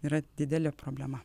yra didelė problema